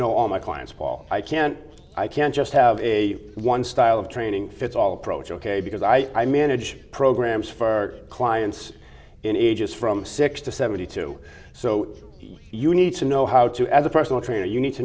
know all my clients paul i can't i can't just have a one style of training fits all approach ok because i i manage programs for clients in ages from six to seventy two so you need to know how to as a personal trainer you need to